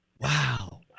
Wow